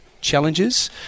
challenges